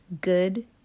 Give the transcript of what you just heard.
good